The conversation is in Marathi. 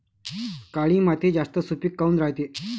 काळी माती जास्त सुपीक काऊन रायते?